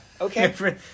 Okay